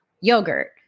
yogurt